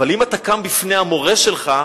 אבל אם אתה קם בפני המורה שלך,